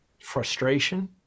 Frustration